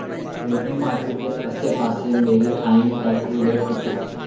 Sarojini market दे आस्सै पास्सै मेरे थाई डेकोडे तुप्पो